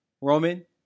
Roman